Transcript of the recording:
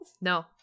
no